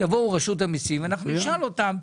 יבואו רשות המיסים ואנחנו נשאל אותם,